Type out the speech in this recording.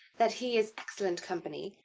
that he is excellent company,